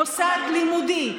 מוסד לימודי,